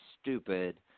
stupid